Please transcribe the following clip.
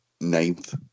ninth